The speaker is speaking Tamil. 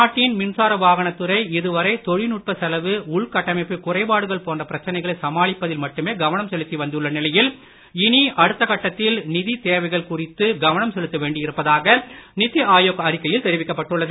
நாட்டின் மின்சார வாகன துறை இதுவரை தொழில்நுட்ப செலவு உள்கட்டமைப்பு குறைபாடுகள் போன்ற பிரச்சனைகளை சமாளிப்பதில் மட்டுமே கவனம் செலுத்தி வந்துள்ள நிலையில் இனி அடுத்த கட்டத்தில் நிதி தேவைகள் குறித்து கவனம் செலுத்த வேண்டி இருப்பதாக நிதி ஆயோக் அறிக்கையில் தெரிவிக்கப்பட்டுள்ளது